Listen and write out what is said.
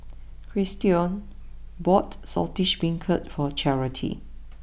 Christion bought Saltish Beancurd for Charity